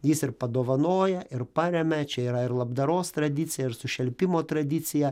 jis ir padovanoja ir paremia čia yra ir labdaros tradicija ir sušelpimo tradicija